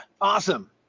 awesome